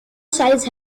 size